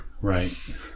Right